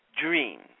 dream